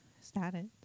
status